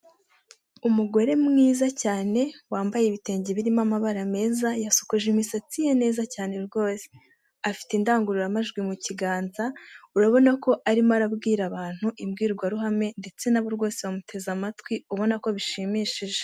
Umugore mwiza cyane, wambaye ibitenge birimo amabara meza, yasokoje imisatsi ye neza cyane rwose. Afite indangururamajwi mu kiganza, urabona ko arimo arabwira abantu imbwirwaruhame ndetse nabo rwose bamuteze amatwi, ubona ko bishimishije.